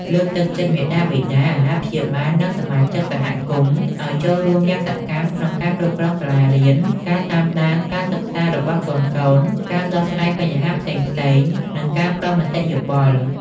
លើកទឹកចិត្តមាតាបិតា អាណាព្យាបាល និងសមាជិកសហគមន៍ឱ្យចូលរួមយ៉ាងសកម្មក្នុងការគ្រប់គ្រងសាលារៀន ការតាមដានការសិក្សារបស់កូនៗ ការដោះស្រាយបញ្ហាផ្សេងៗ និងការផ្តល់មតិយោបល់។